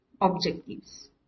objectives